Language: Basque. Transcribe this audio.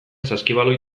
saskibaloi